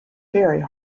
very